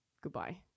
goodbye